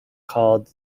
called